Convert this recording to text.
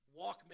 Walkman